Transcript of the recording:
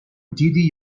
دیدی